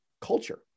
culture